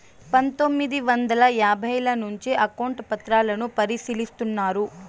పందొమ్మిది వందల యాభైల నుంచే అకౌంట్ పత్రాలను పరిశీలిస్తున్నారు